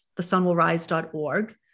thesunwillrise.org